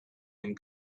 and